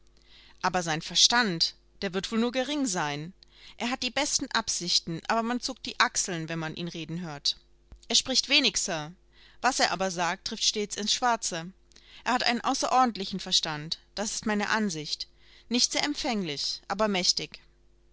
aber sein verstand der wird wohl nur gering sein er hat die besten absichten aber man zuckt die achseln wenn man ihn reden hört er spricht wenig sir was er aber sagt trifft stets ins schwarze er hat einen außerordentlichen verstand das ist meine ansicht nicht sehr empfänglich aber mächtig